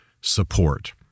support